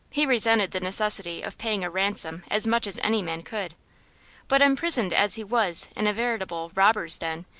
he resented the necessity of paying a ransom as much as any man could but imprisoned as he was in a veritable robbers' den,